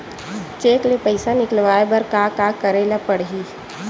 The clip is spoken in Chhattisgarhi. चेक ले पईसा निकलवाय बर का का करे ल पड़हि?